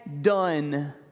done